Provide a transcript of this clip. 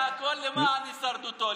הוא יעשה הכול למען הישרדותו,